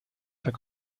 are